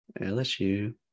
LSU